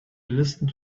listened